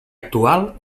actual